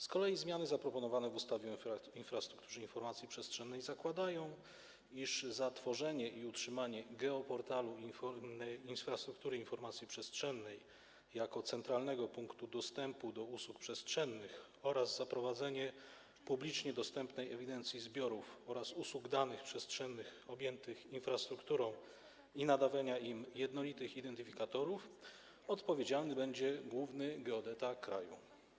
Z kolei zmiany zaproponowane w ustawie o infrastrukturze informacji przestrzennych zakładają, iż za tworzenie i utrzymanie geoportalu infrastruktury informacji przestrzennej jako centralnego punktu dostępu do usług przestrzennych oraz za prowadzenie publicznie dostępnej ewidencji zbiorów oraz usług danych przestrzennych objętych infrastrukturą i nadawanie im jednolitych identyfikatorów odpowiedzialny będzie główny geodeta kraju.